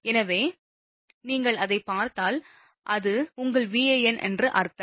எனவே நீங்கள் அதைப் பார்த்தால் அது உங்கள் Van என்று அர்த்தம்